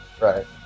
right